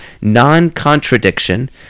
Non-contradiction